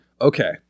Okay